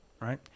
right